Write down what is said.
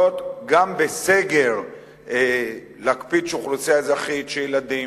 גם בסגר להקפיד שאוכלוסייה אזרחית של ילדים,